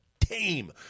team